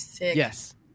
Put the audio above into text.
Yes